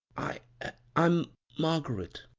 i a i'm margaret